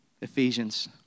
Ephesians